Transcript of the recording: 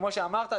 כמו שאמרת,